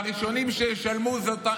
והראשונים שישלמו אלו